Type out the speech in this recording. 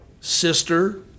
sister